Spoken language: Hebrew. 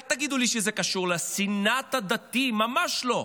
אל תגידו לי שזה קשור לשנאת הדתיים, ממש לא.